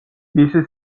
მისი